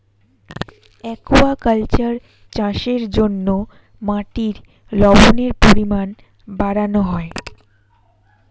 aquaculture চাষের জন্য মাটির লবণের পরিমাণ বাড়ানো হয়